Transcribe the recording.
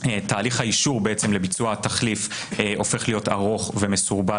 תהליך האישור לביצוע התחליף הופך להיות ארוך ומסורבל